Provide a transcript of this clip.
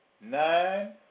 nine